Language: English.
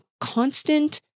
Constant